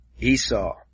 Esau